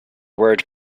word